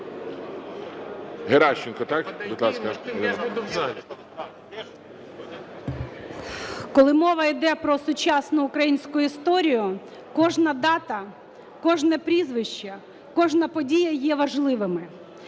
Коли мова іде про сучасну українську історію, кожна дата, кожне прізвище, кожна подія є важливими,